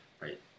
Right